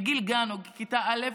מגיל גן או מכיתה א',